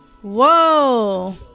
Whoa